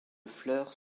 fleurs